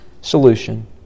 solution